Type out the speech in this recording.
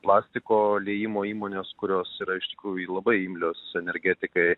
plastiko liejimo įmonės kurios yra iš tikrųjų labai imlios energetikai